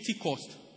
cost